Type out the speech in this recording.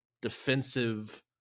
defensive